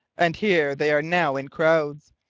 and here they are now in crowds,